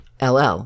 ll